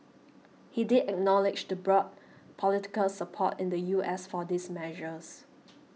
he did acknowledge the broad political support in the U S for these measures